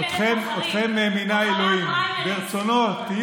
אתכם מינה אלוהים, ברצונו תהיי